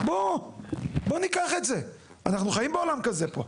בואו ניקח את זה, אנחנו חיים בעולם כזה פה.